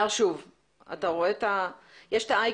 אותם לפועל כי לא קיבלנו את ה-30 מיליון שקלים ואת ה-54